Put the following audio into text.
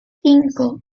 cinco